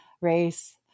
race